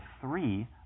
three